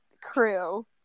crew